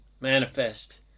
manifest